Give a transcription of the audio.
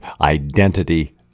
identity